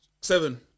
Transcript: seven